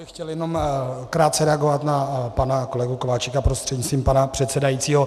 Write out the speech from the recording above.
Já bych chtěl jenom krátce reagovat na pana kolegu Kováčika prostřednictvím pana předsedajícího.